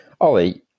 Ollie